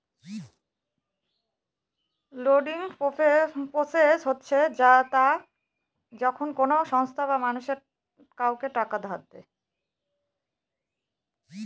lending process হচ্ছে তা যখন কোনো সংস্থা বা মানুষ কাউকে টাকা ধার দেয়